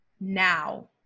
now